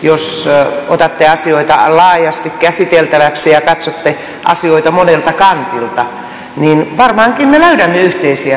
jos otatte asioita laajasti käsiteltäväksi ja katsotte asioita monelta kantilta niin varmaankin me löydämme yhteisiä teitä